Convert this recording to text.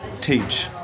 teach